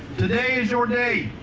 today is your day,